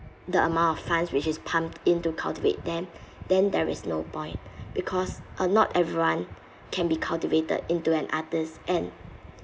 the amount of funds which is pumped into cultivate them then there is no point because uh not everyone can be cultivated into an artist and